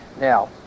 Now